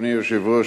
אדוני היושב-ראש,